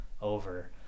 over